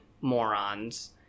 morons